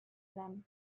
them